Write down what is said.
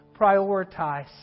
prioritize